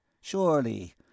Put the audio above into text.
Surely